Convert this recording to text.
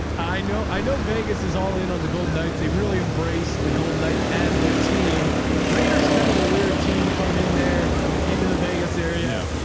i know, i know vegas is all in on the golden knights. they really embraced the golden knights as their team raiders. kind of a weird team coming in there into the vegas area. yeah